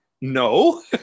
No